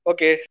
Okay